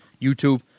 YouTube